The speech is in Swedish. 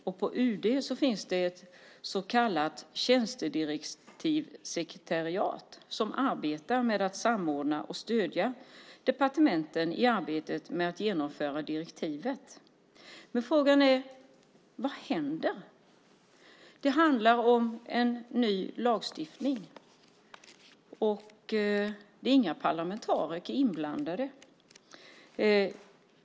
Och på UD finns det ett så kallat tjänstedirektivssekretariat som arbetar med att samordna och stödja departementen i arbetet med att genomföra direktivet. Men frågan är: Vad händer? Det handlar om en ny lagstiftning, och det är inga parlamentariker inblandade.